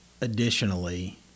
additionally